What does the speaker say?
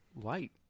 light